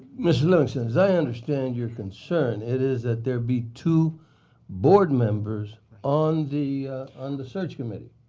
ms. livingston, as i understand your concern, it is that there be two board members on the and search committee.